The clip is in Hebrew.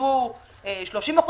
הוא 30%,